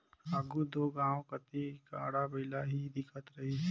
आघु दो गाँव कती गाड़ा बइला ही दिखत रहिस